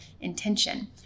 intention